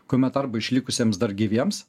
kuomet arba išlikusiems dar gyviems